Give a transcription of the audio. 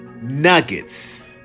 Nuggets